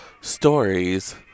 stories